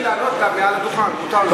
אתה רוצה לענות מעל הדוכן?